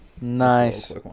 nice